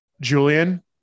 Julian